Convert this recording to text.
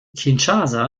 kinshasa